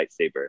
lightsaber